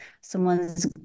Someone's